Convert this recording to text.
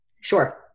Sure